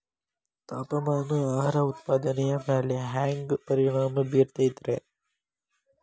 ತಾಪಮಾನ ಆಹಾರ ಉತ್ಪಾದನೆಯ ಮ್ಯಾಲೆ ಹ್ಯಾಂಗ ಪರಿಣಾಮ ಬೇರುತೈತ ರೇ?